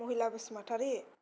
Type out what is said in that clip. महिला बसुमतारि